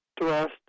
thrust